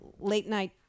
late-night